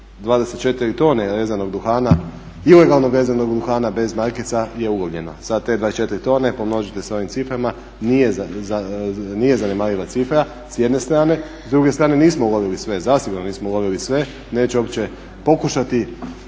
24 tone rezanog duhana, ilegalno rezanog duhana bez markica je ulovljeno. Sad te 24 tone pomnožite sa ovim ciframa nije zanemariva cifra s jedne strane. S druge strane nismo ulovili sve, zasigurno nismo ulovili sve. Neću uopće pokušati